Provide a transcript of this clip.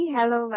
Hello